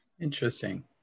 Interesting